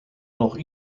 nog